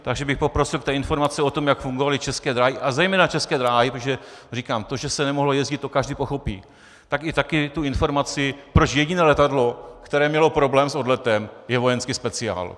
Takže bych poprosil k té informaci o tom, jak fungovaly České dráhy, a zejména České dráhy, protože říkám, to, že se nemohlo jezdit, to každý pochopí, tak i tu informaci, proč jediné letadlo, které mělo problém s odletem, je vojenský speciál.